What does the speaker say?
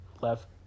left